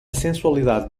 sensualidade